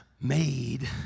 made